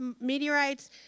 meteorites